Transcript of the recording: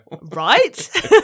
Right